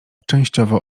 częściowo